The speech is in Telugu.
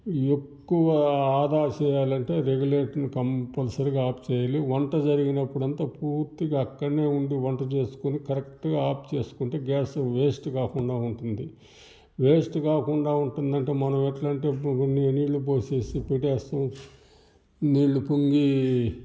ఎక్కువ ఆదా చేయాలంటే రెగ్యులేటర్ని కంపల్సరీగా ఆఫ్ చేయాలి వంట జరిగినప్పుడంతా పూర్తిగా అక్కడనే ఉండి వంట చేసుకొని కరెక్ట్గా ఆఫ్ చేసుకుంటే గ్యాసు వేస్ట్ కాకుండా ఉంటుంది వేస్ట్ కాకుండా ఉంటుందంటే మనమెట్లా అంటే నీళ్లు పోసేసి పెట్టేస్తాం నీళ్లు పొంగి